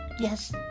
Yes